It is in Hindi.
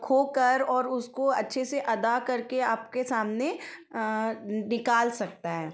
खोकर और उसको अच्छे से अदा करके आपके सामने निकाल सकता है